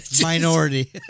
Minority